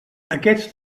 aquest